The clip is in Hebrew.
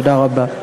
תודה רבה.